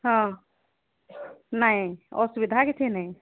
ହଁ ନାଇଁ ଅସୁବିଧା କିଛି ନାହିଁ